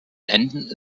enden